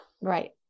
right